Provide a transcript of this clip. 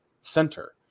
center